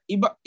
Iba